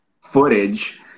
footage